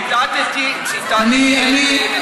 ציטטתי, ציטטתי את נתניהו.